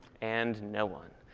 and no one.